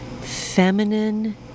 feminine